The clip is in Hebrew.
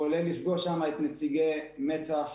כולל לפגוש שם את נציגי מצ"ח.